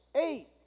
eight